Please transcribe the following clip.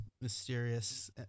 mysterious